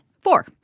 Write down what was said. Four